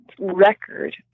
record